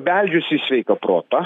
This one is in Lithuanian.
beldžiuosi į sveiką protą